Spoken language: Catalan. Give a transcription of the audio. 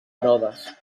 herodes